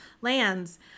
lands